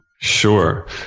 Sure